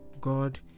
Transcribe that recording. god